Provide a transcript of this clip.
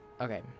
Okay